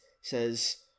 says